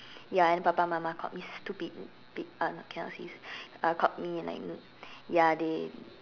ya then papa and mama called me stupid pig uh no cannot say uh called me and like ya they